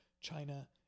China